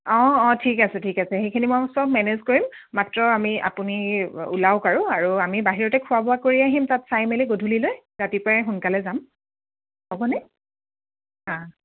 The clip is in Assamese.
অঁ অঁ ঠিক আছে ঠিক আছে সেইখিনি মই চব মেনেজ কৰিম মাত্ৰ আমি আপুনি ওলাওক আৰু আৰু আমি বাহিৰতে খোৱা বোৱা কৰি আহিম তাত চাই মেলি গধূলিলৈ ৰাতিপুৱাই সোনকালে যাম হ'বনে অঁ